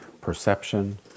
perception